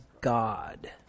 God